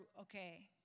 okay